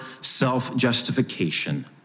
self-justification